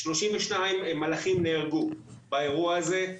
32 מלחים נהרגו באירוע הזה.